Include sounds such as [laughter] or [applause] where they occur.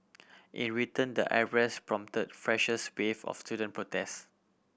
in return the arrest prompt fresh [unintelligible] wave of student protest